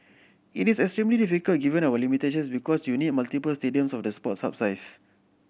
it is extremely difficult given our limitations because you need multiple stadiums of the Sports Hub size